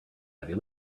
heavy